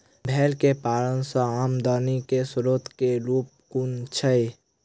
भेंर केँ पालन सँ आमदनी केँ स्रोत केँ रूप कुन छैय?